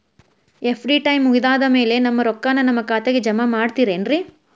FD time ಮುಗಿದಾದ್ ಮ್ಯಾಲೆ ನಮ್ ರೊಕ್ಕಾನ ನಮ್ ಖಾತೆಗೆ ಜಮಾ ಮಾಡ್ತೇರೆನ್ರಿ?